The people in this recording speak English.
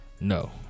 No